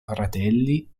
fratelli